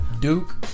Duke